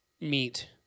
meat